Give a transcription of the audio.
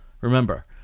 Remember